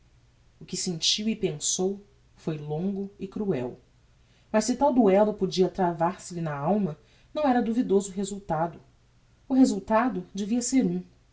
o que sentiu e pensou foi longo e cruel mas se tal duello podia travar se lhe na alma não era duvidoso o resultado o resultado devia ser um